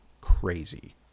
crazy